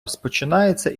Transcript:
розпочинається